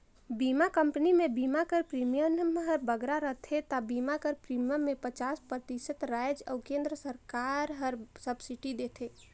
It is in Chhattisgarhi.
बीमा कंपनी में बीमा कर प्रीमियम हर बगरा रहथे ता बीमा कर प्रीमियम में पचास परतिसत राएज अउ केन्द्र सरकार हर सब्सिडी देथे